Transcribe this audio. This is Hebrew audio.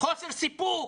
חוסר סיפוק,